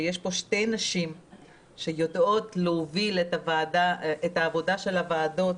שיש פה שתי נשים שיודעות להוביל את העבודה של הוועדות